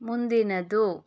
ಮುಂದಿನದು